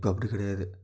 இப்போ அப்படி கிடையாது